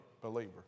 believer